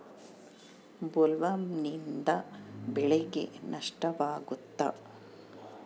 ಬೊಲ್ವರ್ಮ್ನಿಂದ ಬೆಳೆಗೆ ನಷ್ಟವಾಗುತ್ತ?